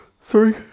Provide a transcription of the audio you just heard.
sorry